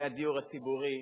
מהדיור הציבורי.